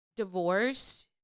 divorced